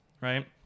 right